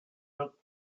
took